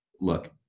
look